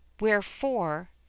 wherefore